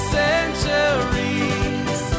centuries